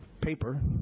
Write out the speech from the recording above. paper